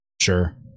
sure